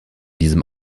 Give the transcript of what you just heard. diesem